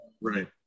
Right